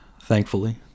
thankfully